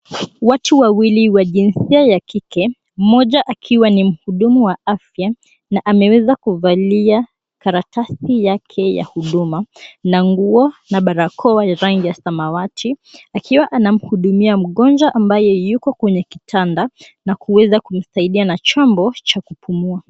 Watu wawili wa jinsia ya kike mmoja akiwa ni mhudumu wa afya na ameweza kuvalia sarakasi yake ya huduma, na nguo na barakoa ya rangi ya samawati akiwa anamhudumia mgonjwa ambaye yuko kwenye kitanda na kuweza kujisaidia na chombo cha kupumua.